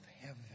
heaven